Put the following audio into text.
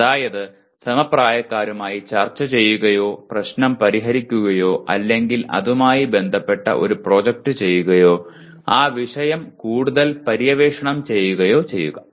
അതായത് സമപ്രായക്കാരുമായി ചർച്ച ചെയ്യുകയോ പ്രശ്നം പരിഹരിക്കുകയോ അല്ലെങ്കിൽ അതുമായി ബന്ധപ്പെട്ട ഒരു പ്രോജക്റ്റ് ചെയ്യുകയോ ആ വിഷയം കൂടുതൽ പര്യവേക്ഷണം ചെയ്യുകയോ ചെയ്യുക